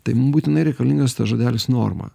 tai mum būtinai reikalingas tas žodelis norma